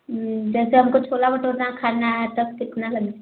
जैसे हमको छोला भटूरा खाना है तो कितना लगेगा